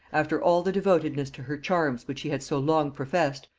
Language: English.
after all the devotedness to her charms which he had so long professed,